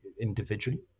individually